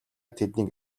тэднийг